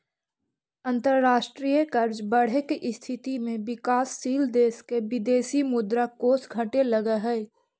अंतरराष्ट्रीय कर्ज बढ़े के स्थिति में विकासशील देश के विदेशी मुद्रा कोष घटे लगऽ हई